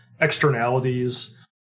externalities